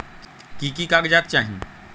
की की कागज़ात चाही?